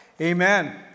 Amen